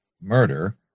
murder